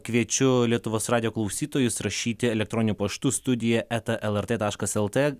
kviečiu lietuvos radijo klausytojus rašyti elektroniniu paštu studija eta lrt taškas lt